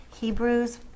Hebrews